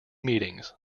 meetings